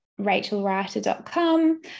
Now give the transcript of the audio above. rachelwriter.com